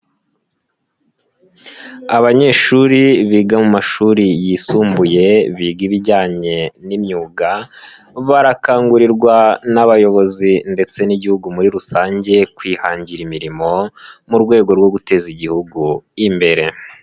Abanyeshuri biga mu mashuri yisumbuye biga ibijyanye n'imyuga, barakangurirwa n'abayobozi ndetse n'Igihugu muri rusange kwihangira imirimo mu rwego rwo guteza Igihugu imbere.